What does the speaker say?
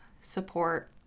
support